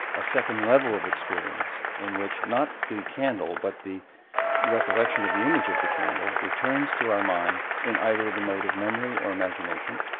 a second level of experience in which not the candle but the recollection of the image of the candle, returns to our mind in either the mode of memory or imagination,